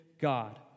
God